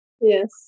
Yes